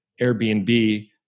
Airbnb